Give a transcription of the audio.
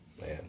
Man